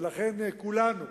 ולכן כולנו